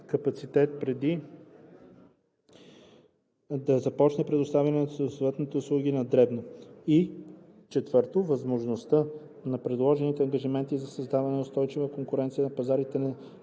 преди да започне предоставянето на съответните услуги на дребно, и 4. възможността на предложените ангажименти да създават устойчива конкуренция на пазарите